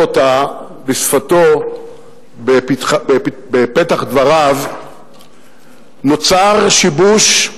אותה בשפתו בפתח דבריו נוצר שיבוש,